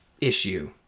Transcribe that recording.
issue